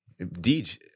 Deej